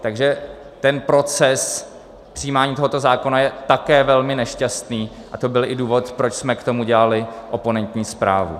Takže proces přijímání tohoto zákona je také velmi nešťastný a to byl i důvod, proč jsme k tomu dělali oponentní zprávu.